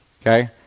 okay